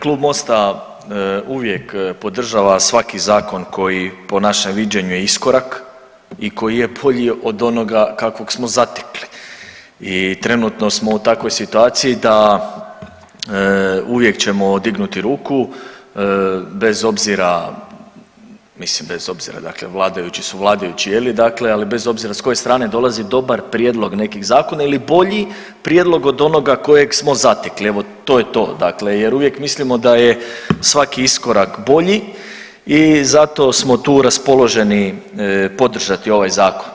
Klub Mosta uvijek podržava svaki zakon koji po našem viđenju je iskorak i koji je bolji od onoga kakvog smo zatekli i trenutno smo u takvoj situaciji da uvijek ćemo dignuti ruku bez obzira mislim bez obzira, vladajući su vladajući je li, ali bez obzira s koje strane dolazi dobar prijedlog nekih zakona ili bolji prijedlog od onoga kojeg smo zatekli, evo to je to jer uvijek mislimo da je svaki iskorak bolji i zato smo tu raspoloženi podržati ovaj zakon.